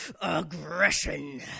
aggression